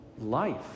life